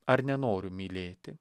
ar nenoriu mylėti